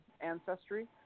Ancestry